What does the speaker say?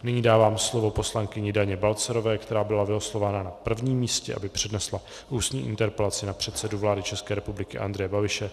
Nyní dávám slovo poslankyni Daně Balcarové, která byla vylosována na prvním místě, aby přednesla ústní interpelaci na předsedu vlády České republiky Andreje Babiše.